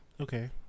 Okay